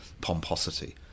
pomposity